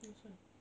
that's why